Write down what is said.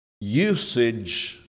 usage